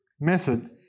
method